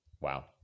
Wow